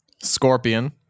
Scorpion